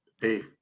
Hey